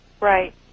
Right